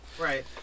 Right